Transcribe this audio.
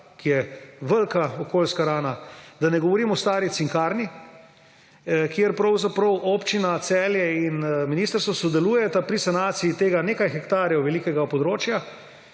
ki je velika okoljska rana, da ne govorim o stari cinkarni, kjer pravzaprav občina Celje in ministrstvo sodelujeta pri sanaciji tega nekaj hektarjev velikega območja.